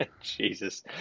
Jesus